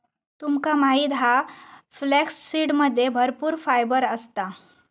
तुमका माहित हा फ्लॅक्ससीडमध्ये भरपूर फायबर असता